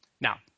Now